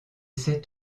cet